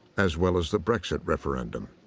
as well as the brexit referendum.